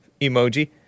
emoji